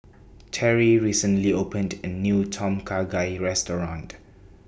Terri recently opened A New Tom Kha Gai Restaurant